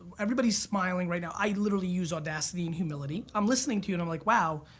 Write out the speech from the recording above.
everybody's smiling right now. i literally use audacity and humility. i'm listening to you and i'm like, wow,